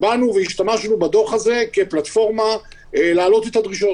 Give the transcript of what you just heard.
השתמשנו בדוח הזה כפלטפורמה להעלות את הדרישות.